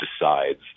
decides